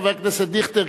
חבר הכנסת דיכטר,